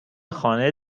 خانه